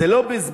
זה לא בזבוז?